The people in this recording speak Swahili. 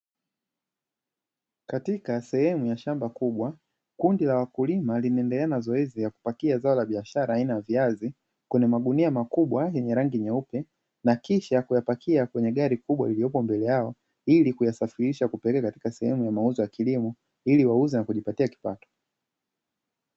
Katika sehemu ya shamba kubwa kundi la wakulima limeendelea na zoezi la kupakia zao la biashara aina ya viazi, kwenye magunia makubwa yenye rangi nyeupe na kisha kuyapakia kwenye gari kubwa lililopo mbele yao, ili kusafirisha na kupeleka katika sehemu ya mauzo ya kilimo ili wauze na kujipatia kipato.